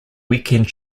weekend